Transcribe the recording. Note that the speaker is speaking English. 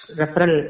referral